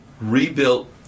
rebuilt